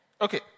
Okay